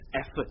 effort